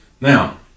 Now